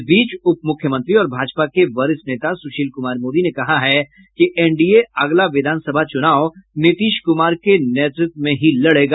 इस बीच उप मुख्यमंत्री और भाजपा के वरिष्ठ नेता सुशील कुमार मोदी ने कहा है कि एनडीए अगला विधानसभा चुनाव नीतीश कुमार के नेतृत्व में ही लड़ेगा